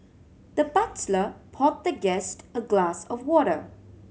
the butler poured the guest a glass of water